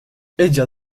ella